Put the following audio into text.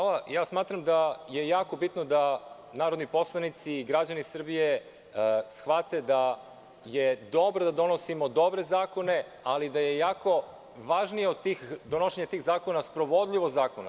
Hvala, ali smatram da je jako bitno da narodni poslanici i građani Srbije shvate da je dobro da donosimo dobre zakone, ali da je jako važnije od donošenja tih zakona sprovodljivost zakona.